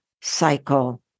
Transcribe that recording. cycle